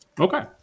Okay